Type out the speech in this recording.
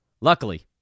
Luckily